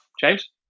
James